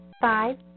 Five